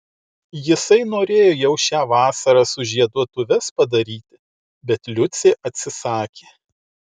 jisai norėjo jau šią vasarą sužieduotuves padaryti bet liucė atsisakė